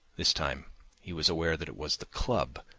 this time he was aware that it was the club,